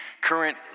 current